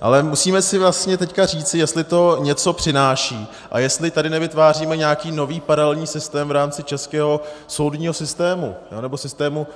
Ale musíme si vlastně teď říci, jestli to něco přináší a jestli tady nevytváříme nějaký nový, paralelní systém v rámci českého soudního systému nebo systému